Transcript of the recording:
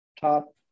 top